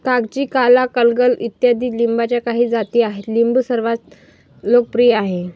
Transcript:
कागजी, काला, गलगल इत्यादी लिंबाच्या काही जाती आहेत लिंबू सर्वात लोकप्रिय आहे